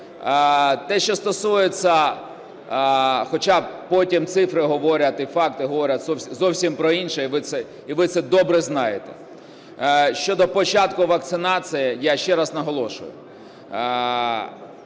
Те, що стосується… Хоча потім цифри говорять і факти говорять зовсім про інше, і ви це добре знаєте. Щодо початку вакцинації, я ще раз наголошую: